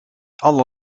alle